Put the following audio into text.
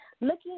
Looking